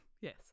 Yes